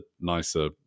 nicer